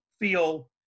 feel